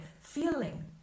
feeling